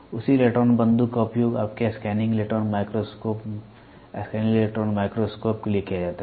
उसी इलेक्ट्रॉन बंदूक का उपयोग आपके scanning electron microscope scanning electron microscope के लिए किया जाता है